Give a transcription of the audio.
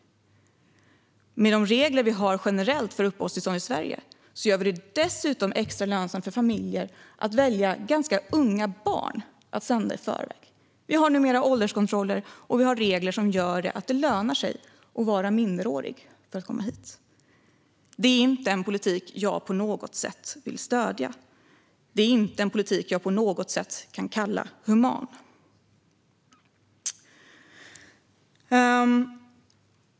Med de regler vi generellt har för uppehållstillstånd i Sverige gör vi det dessutom extra lönsamt för familjer att välja ganska unga barn som man sänder i förväg. Vi har numera ålderskontroller och regler som gör att det lönar sig att vara minderårig när man kommer hit. Detta är inte en politik som jag på något sätt vill stödja eller kan kalla human.